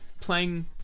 playing